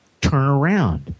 turnaround